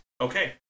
Okay